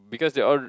because they're all